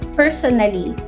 personally